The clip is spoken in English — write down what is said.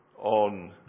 on